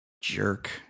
jerk